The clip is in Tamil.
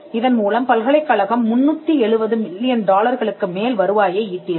இதன் மூலம் பல்கலைக்கழகம் 370 மில்லியன் டாலர்களுக்கு மேல் வருவாயை ஈட்டியது